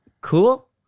Cool